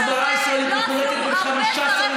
ההסברה הישראלית מחולקת בין חמישה שרים